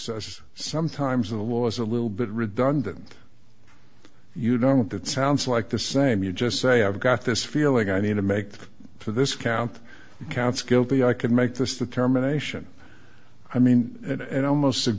says sometimes the law is a little bit redundant you don't it sounds like the same you just say i've got this feeling i need to make for this count counts guilty i can make this determination i mean and almost su